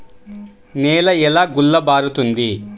నేల ఎలా గుల్లబారుతుంది?